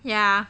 yeah